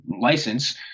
license